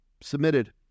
submitted